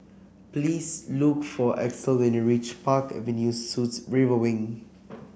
please look for Axel when you reach Park Avenue Suites River Wing